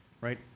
right